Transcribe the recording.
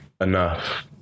enough